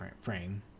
frame